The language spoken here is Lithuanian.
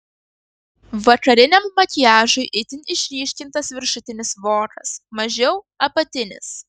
vakariniam makiažui itin išryškintas viršutinis vokas mažiau apatinis